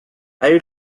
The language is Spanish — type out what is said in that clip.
ahí